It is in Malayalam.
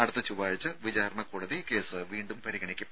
അടുത്ത ചൊവ്വാഴ്ച വിചാരണ കോടതി കേസ് വീണ്ടും പരിഗണിക്കും